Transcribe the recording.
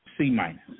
C-minus